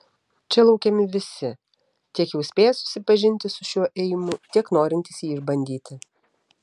čia laukiami visi tiek jau spėję susipažinti su šiuo ėjimu tiek norintys jį išbandyti